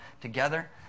together